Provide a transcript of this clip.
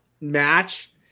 match